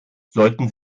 sollten